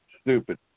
Stupid